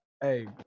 Hey